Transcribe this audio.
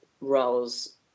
roles